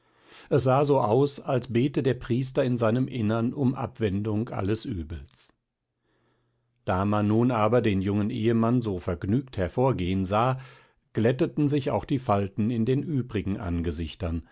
es sahe aus als bete der priester in seinem innern um abwendung alles übels da man nun aber den jungen ehemann so vergnügt hervorgehn sah glätteten sich auch die falten in den übrigen angesichtern